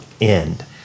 end